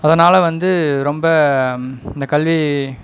அதனால் வந்து ரொம்ப இந்த கல்வி